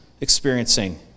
Experiencing